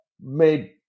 made